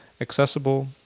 accessible